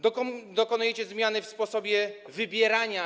Dokonujecie zmiany w sposobie wybierania.